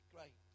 Great